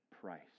price